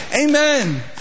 Amen